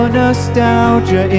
nostalgia